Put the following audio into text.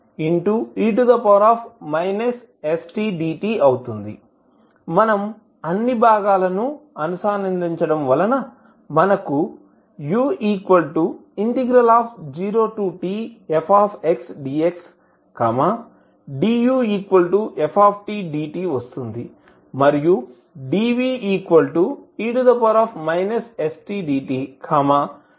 మనం అన్ని భాగాలను అనుసంధానించడం వలన మనకు u0tfxdxduftdt వస్తుంది మరియు dve stdtv 1se st వస్తుంది